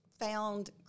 found